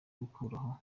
gukuraho